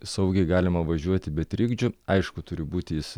saugiai galima važiuoti be trikdžių aišku turi būti